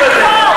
כבודה,